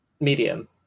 medium